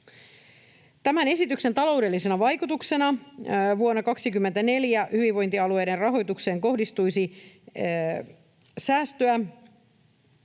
Tämän esityksen taloudellisena vaikutuksena vuonna 24 hyvinvointialueiden rahoitukseen kohdistuisi säästöä